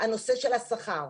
הנושא של השכר.